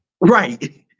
Right